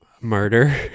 murder